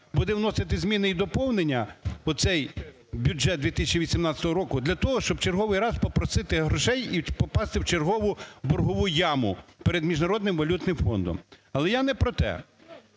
буде вносити зміни і доповнення в цей бюджет 2018 року для того, щоб в черговий раз попросити грошей і попасти в чергову боргову яму перед Міжнародним валютним фондом. Але я не про те.